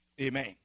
Amen